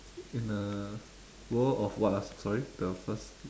in a world of what ah sorry the first